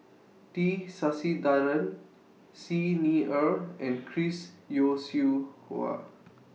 T Sasitharan Xi Ni Er and Chris Yeo Siew Hua